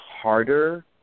harder